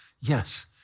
yes